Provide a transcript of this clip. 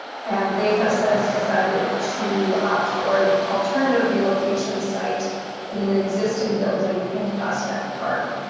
and they have since decided to opt for an alternative relocation site in an existing building in prospect park,